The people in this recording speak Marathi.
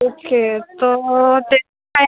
ओके तर